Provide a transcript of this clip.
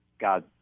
God